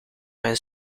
mijn